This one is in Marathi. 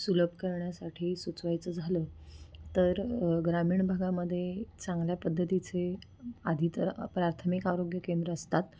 सुलभ करण्यासाठी सुचवायचं झालं तर ग्रामीण भागामध्ये चांगल्या पद्धतीचे आधी तर प्राथमिक आरोग्य केंद्र असतात